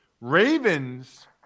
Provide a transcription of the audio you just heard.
Ravens